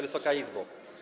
Wysoka Izbo!